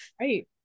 right